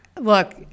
look